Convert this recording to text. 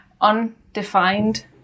undefined